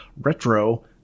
Retro